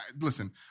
Listen